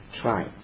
try